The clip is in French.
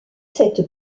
cette